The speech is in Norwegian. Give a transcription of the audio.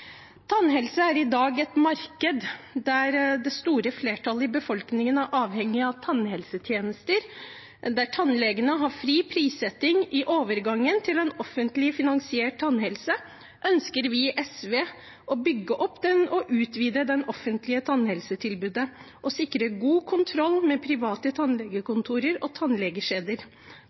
Tannhelse er i dag et marked der det store flertallet i befolkningen er avhengig av tannhelsetjenester der tannlegene har fri prissetting. I overgangen til en offentlig finansiert tannhelse ønsker vi i SV å bygge opp og utvide det offentlige tannhelsetilbudet og sikre god kontroll med private tannlegekontor og